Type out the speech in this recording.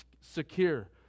secure